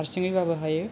हार्सिङैबाबो हायो